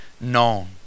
known